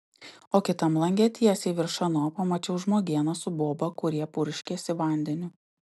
o kitam lange tiesiai virš ano pamačiau žmogėną su boba kurie purškėsi vandeniu